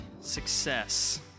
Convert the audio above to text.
success